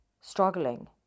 struggling